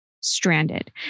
stranded